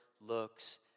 looks